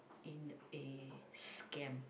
in a scam